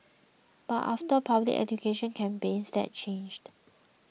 but after public education campaigns that changed